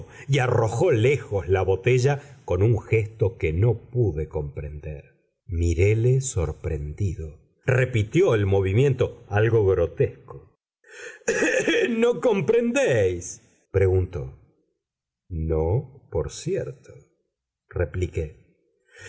y arrojó lejos la botella con un gesto que no pude comprender miréle sorprendido repitió el movimiento algo grotesco no comprendéis preguntó no por cierto repliqué